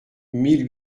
mille